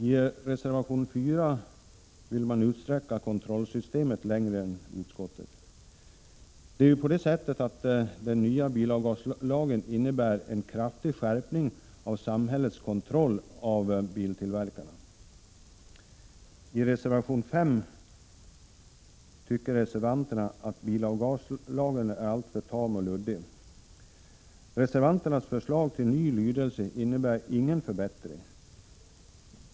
I reservation 4 föreslår reservanterna att kontrollsystemet skall utsträckas längre än utskottsmajoriteten har föreslagit. Den nya bilavgaslagen innebär en kraftig skärpning av samhällets kontroll av biltillverkarna. I reservation 5 framför reservanten åsikten att bilavgaslagen är alltför tam och luddig. Reservantens förslag till ny lydelse innebär ingen förbättring.